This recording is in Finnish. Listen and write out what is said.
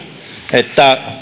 että